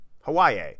Hawaii